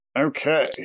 Okay